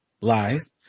Lies